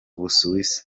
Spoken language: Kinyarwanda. busuwisi